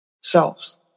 selves